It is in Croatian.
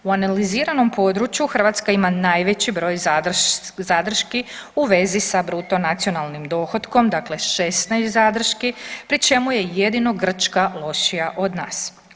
U analiziranom području Hrvatska ima najveći broj zadrški u vezi sa bruto nacionalnim dohotkom, dakle 16 zadrški pri čemu je jedino Grčka lošija od nas.